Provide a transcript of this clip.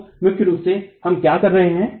तो मुख्य रूप से हम क्या कर रहे हैं